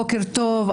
בוקר טוב,